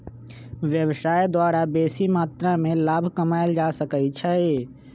व्यवसाय द्वारा बेशी मत्रा में लाभ कमायल जा सकइ छै